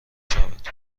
شود